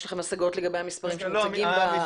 לכם השגות לגבי המספרים שמציגים בדוחות.